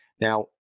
Now